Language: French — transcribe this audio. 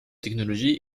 technology